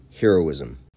heroism